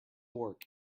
work